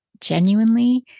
genuinely